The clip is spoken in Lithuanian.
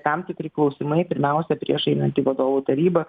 tam tikri klausimai pirmiausia prieš einant į vadovų tarybą